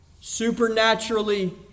supernaturally